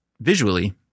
visually